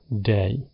day